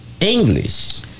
English